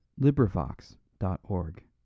LibriVox.org